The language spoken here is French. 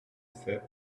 sept